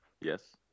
yes